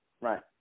right